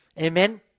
Amen